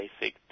basic